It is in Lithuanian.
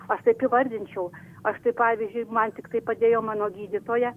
aš taip įvardinčiau aš tai pavyzdžiui man tiktai padėjo mano gydytoja